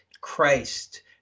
Christ